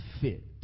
Fit